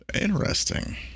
Interesting